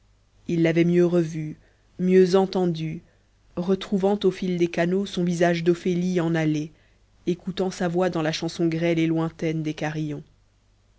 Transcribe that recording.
il l'avait mieux revue mieux entendue retrouvant au fil des canaux son visage d'ophélie en allée écoutant sa voix dans la chanson grêle et lointaine des carillons